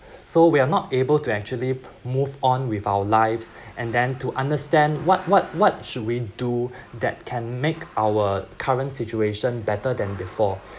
so we are not able to actually move on with our lives and then to understand what what what should we do that can make our current situation better than before